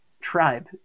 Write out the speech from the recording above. tribe